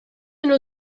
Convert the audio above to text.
uno